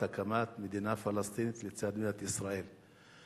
הקמת מדינה פלסטינית לצד מדינת ישראל.